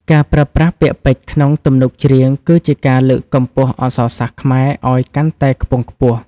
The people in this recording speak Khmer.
ការប្រើប្រាស់ពាក្យពេចន៍ក្នុងទំនុកច្រៀង គឺជាការលើកកម្ពស់អក្សរសាស្ត្រខ្មែរឱ្យកាន់តែខ្ពង់ខ្ពស់។